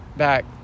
back